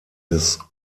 des